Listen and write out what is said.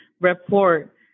report